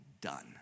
done